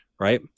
Right